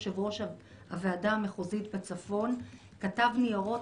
יושב-ראש הוועדה המחוזית בצפון כתב ניירות